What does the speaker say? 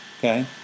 okay